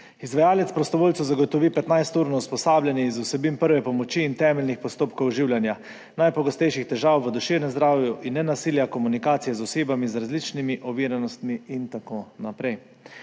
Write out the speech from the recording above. Izvajalec prostovoljcu zagotovi 15-urno usposabljanje iz vsebin prve pomoči in temeljnih postopkov oživljanja, najpogostejših težav v duševnem zdravju in nenasilja, komunikacije z osebami z različnimi oviranostmi in tako naprej.